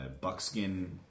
buckskin